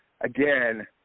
again